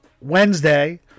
Wednesday